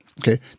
Okay